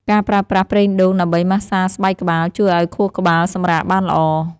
ការប្រើប្រាស់ប្រេងដូងដើម្បីម៉ាស្សាស្បែកក្បាល ជួយឱ្យខួរក្បាលសម្រាកបានល្អ។